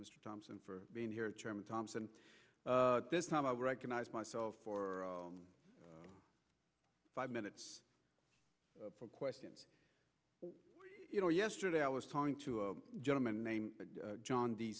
mr thompson for being here chairman thompson this time i recognize myself for five minutes for questions you know yesterday i was talking to a gentleman named john d